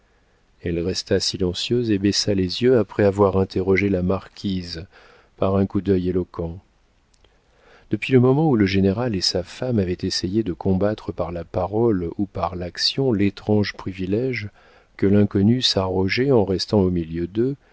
elle resta silencieuse et baissa les yeux après avoir interrogé la marquise par un coup d'œil éloquent depuis le moment où le général et sa femme avaient essayé de combattre par la parole ou par l'action l'étrange privilége que l'inconnu s'arrogeait en restant au milieu d'eux